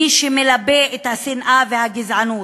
מי שמלבה את השנאה והגזענות,